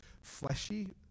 fleshy